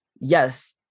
yes